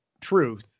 truth